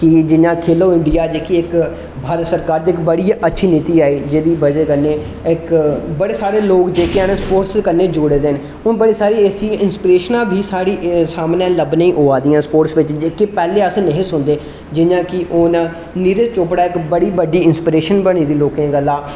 कि जि'यां खेलो इंडिया भारत सरकार दी बड़ी के अच्छी नीति ऐ जेदी वजह कन्नै इक बड़े सारे लोक जेहके ऐन स्पोर्ट्स कन्नै जुड़े देन हून बड़ी सारी ऐसी इंस्पीरेशनां बी स्हाड़ी सामने लब्भनें गी आवा दियां स्पोर्ट्स बिच जेहकी पैहले अस नेहा सुनदे जियां कि हून नीरज चौपड़ा इक बड़ी बड्डी इंस्पीरेशन बनी दी लोकें गल्ला